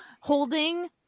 holding